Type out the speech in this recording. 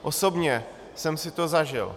Osobně jsem si to zažil.